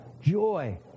joy